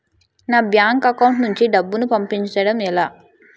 నా bank account నుంచి డబ్బును పంపించడం ఎలా?